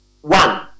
One